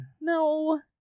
No